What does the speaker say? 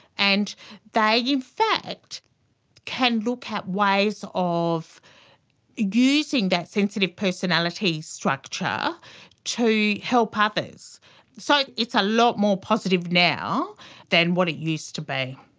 and they in fact can look at ways of using that sensitive personality structure to help others. so it's a lot more positive now than what it used to be.